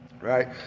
Right